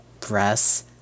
breasts